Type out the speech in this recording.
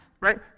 Right